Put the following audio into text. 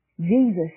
Jesus